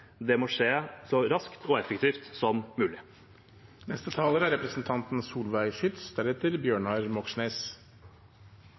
det må skje så raskt og effektivt som mulig. Nav-skandalen er